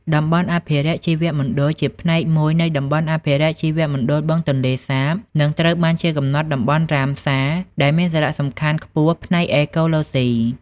តំបន់អភិរក្សជីវមណ្ឌល ជាផ្នែកមួយនៃតំបន់អភិរក្សជីវមណ្ឌលបឹងទន្លេសាប និងត្រូវបានកំណត់ជាតំបន់ រ៉ាមសា ដែលមានសារៈសំខាន់ខ្ពស់ផ្នែកអេកូឡូស៊ី។